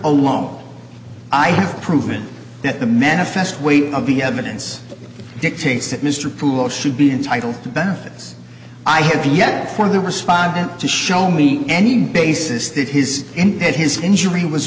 alone i have proven that the manifest weight of the evidence dictates that mr poole should be entitled to benefits i have yet for the respondent to show me any basis that his and his injury was